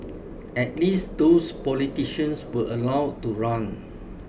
at least those politicians were allowed to run